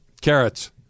Carrots